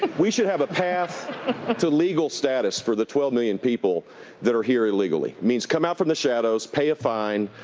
we should have a path to legal status for the twelve million people that are here illegally. it means, come out from the shadows, pay a fine,